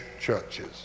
churches